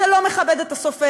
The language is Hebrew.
זה לא מכבד את הסופר,